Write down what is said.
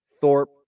Thorpe